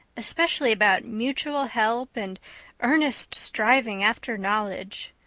especially about mutual help and earnest striving after knowledge.